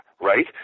right